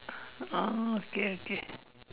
oh okay okay